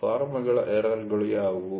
ಫಾಮ್೯'ಗಳ ಎರರ್'ಗಳು ಯಾವುವು